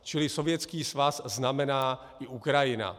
Čili Sovětský svaz znamená i Ukrajina.